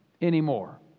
anymore